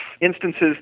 instances